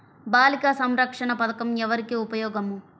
బాలిక సంరక్షణ పథకం ఎవరికి ఉపయోగము?